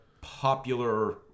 popular